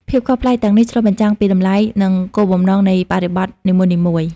ភាពខុសប្លែកទាំងនេះឆ្លុះបញ្ចាំងពីតម្លៃនិងគោលបំណងនៃបរិបទនីមួយៗ។